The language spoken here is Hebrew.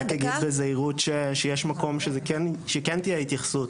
אני רק אגיד בזהירות שיש מקום שכן תהיה התייחסות